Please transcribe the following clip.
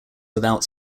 without